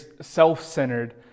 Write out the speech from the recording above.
self-centered